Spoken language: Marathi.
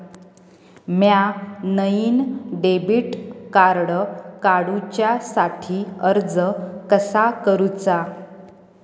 म्या नईन डेबिट कार्ड काडुच्या साठी अर्ज कसा करूचा?